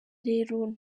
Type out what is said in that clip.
rero